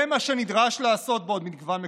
זה מה שנדרש לעשות בעוד מגוון מקומות: